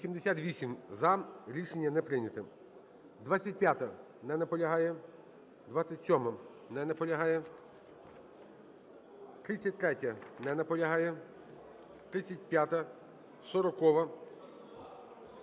Рішення не прийнято.